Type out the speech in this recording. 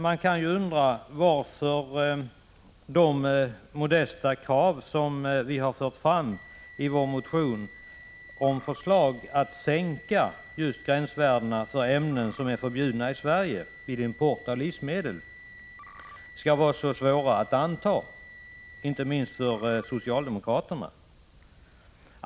Man kan undra varför de modesta krav som vi för fram i vår motion på att man vad gäller import av livsmedel sänker gränsvärdena för ämnen som är förbjudna i Sverige, skall vara så svåra att anta, inte minst för socialdemokraterna.